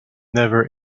never